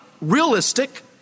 realistic